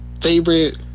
favorite